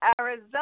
Arizona